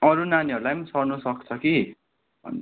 अरू नानीहरूलाई पनि सर्नुसक्छ कि अन